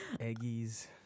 Eggies